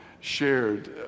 shared